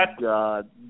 God